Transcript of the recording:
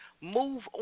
move